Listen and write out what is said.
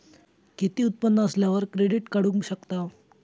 किती उत्पन्न असल्यावर क्रेडीट काढू शकतव?